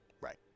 Right